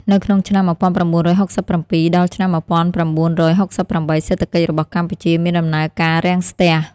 នៅក្នុងឆ្នាំ ១៩៦៧ ដល់ឆ្នាំ ១៩៦៨ សេដ្ឋកិច្ចរបស់កម្ពុជាមានដំណើរការរាំងស្ទះ។